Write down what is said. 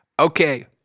Okay